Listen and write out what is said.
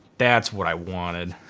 that's what i wanted.